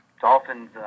Dolphins